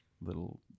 little